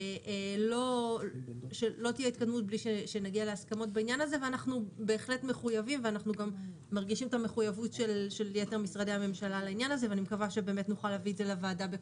יש עוד דבר אני אשמח לקבל עליו תשובה.